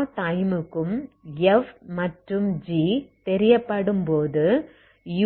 எல்லா டைமுக்கும் f மற்றும் g தெரியப்படும் போது